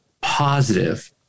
positive